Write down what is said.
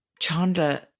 chanda